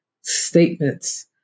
statements